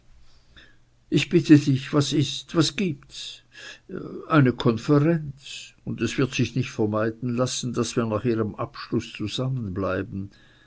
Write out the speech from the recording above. ich bitte dich was ist was gibts eine konferenz und es wird sich nicht vermeiden lassen daß wir nach ihrem abschluß zusammen